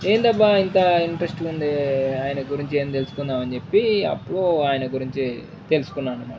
ఏంటబ్బా ఇంత ఇంట్రెస్ట్ ఉంది ఆయన గురించి ఏం తెలుసుకుందాంమని చెప్పి అప్పుడు ఆయన గురించి తెలుసుకున్నానమాట